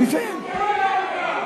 מי שלא בא לעבודה,